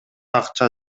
акча